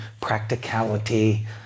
practicality